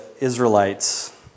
Israelites